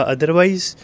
Otherwise